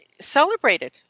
celebrated